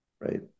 right